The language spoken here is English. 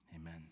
amen